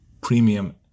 premium